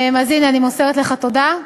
אז הנה, אני מוסרת לך תודה.